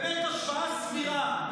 במשך שעה,